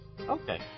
Okay